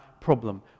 problem